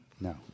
No